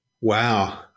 Wow